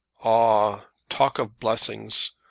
ah talk of blessings!